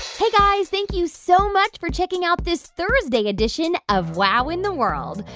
hey, guys, thank you so much for checking out this thursday edition of wow in the world.